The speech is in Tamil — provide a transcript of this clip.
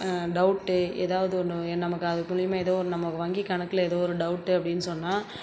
டவுட் ஏதாவது ஒன்று நமக்கு அது மூலிமா ஏதோ நம்ம வங்கி கணக்கில் ஏதோ ஒரு டவுட் அப்படினு சொன்னால்